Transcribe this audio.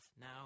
now